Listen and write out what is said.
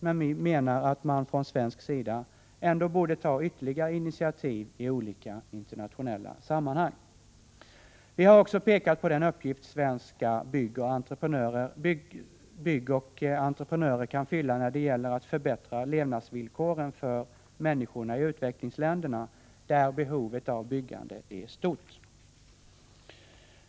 Men vi menar att man från svensk sida ändå borde ta ytterligare initiativ i olika internationella sammanhang. Vi har också pekat på den uppgift svenska byggentreprenörer kan fylla när det gäller att förbättra levnadsvillkoren för människorna i utvecklingsländerna, där behovet av byggande är stort.